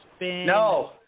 No